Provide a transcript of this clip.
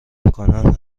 امکانات